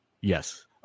Yes